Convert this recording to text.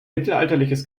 mittelalterliches